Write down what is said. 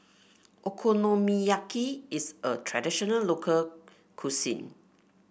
okonomiyaki is a traditional local cuisine